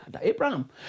Abraham